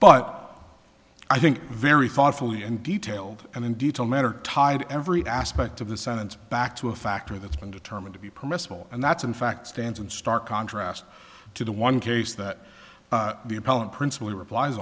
but i think very thoughtfully and detailed and in detail matter tied every aspect of the sentence back to a factor that's been determined to be permissible and that's in fact stands in stark contrast to the one case that the appellant principle replies